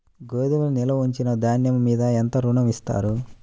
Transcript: గోదాములో నిల్వ ఉంచిన ధాన్యము మీద ఎంత ఋణం ఇస్తారు?